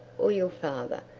or your father,